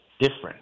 different